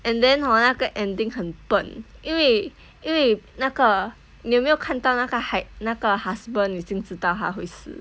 and then hor 那个 ending 很笨因为因为那个你有没有看到那个 hi 那个 husband 已经知道她会死